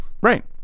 Right